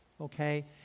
Okay